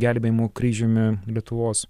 gelbėjimo kryžiumi lietuvos